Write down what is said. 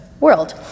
world